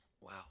Wow